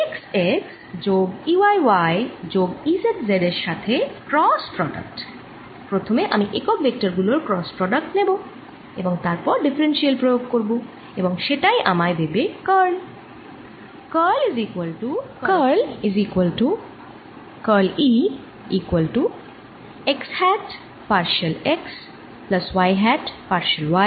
E x x যোগ E y y যোগ E z z এর সাথে ক্রস প্রোডাক্ট প্রথমে আমি একক ভেক্টর গুলোর ক্রস প্রোডাক্ট নেব এবং তারপর ডিফারেন্সিয়াল প্রয়োগ করবো এবং সেটাই আমায় দেবে কার্ল